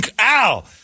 Ow